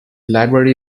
library